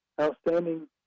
Outstanding